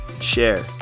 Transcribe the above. Share